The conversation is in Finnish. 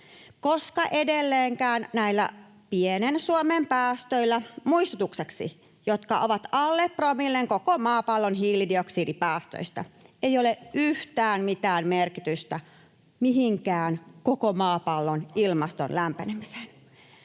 koska edelleenkään näillä pienen Suomen päästöillä, muistutukseksi, jotka ovat alle promillen koko maapallon hiilidioksidipäästöistä, ei ole yhtään mitään merkitystä mihinkään koko maapallon ilmaston lämpenemiseen.